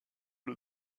les